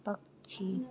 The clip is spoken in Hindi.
पक्षी